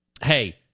hey